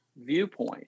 viewpoint